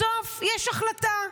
בסוף יש החלטה,